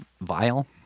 vile